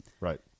Right